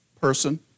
person